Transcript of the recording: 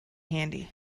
handy